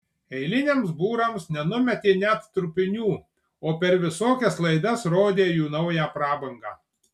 eiliniams būrams nenumetė net trupinių o per visokias laidas rodė jų naują prabangą